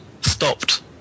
stopped